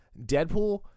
Deadpool